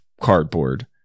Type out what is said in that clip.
cardboard